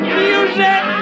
music